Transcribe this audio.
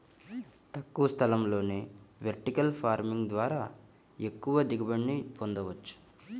తక్కువ స్థలంలోనే vertical farming ద్వారా ఎక్కువ దిగుబడిని పొందవచ్చు